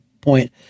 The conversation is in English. point